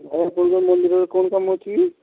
ତାହେଲେ ମନ୍ଦିରରେ କ'ଣ କାମ ଅଛି କି